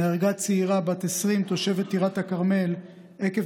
נהרגה צעירה בת 20 תושבת טירת הכרמל עקב